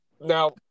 Now